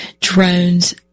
drones